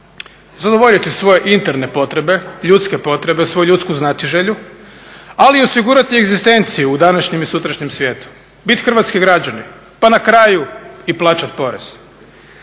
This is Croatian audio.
zadovoljiti svoje interne potrebe, ljudske potrebe, svoju ljudsku znatiželju ali i osigurati egzistenciju u današnjem i sutrašnjem svijetu, biti hrvatski građani pa na kraju i plaćati porez.